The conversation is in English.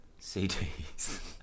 CDs